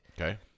Okay